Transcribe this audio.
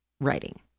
writing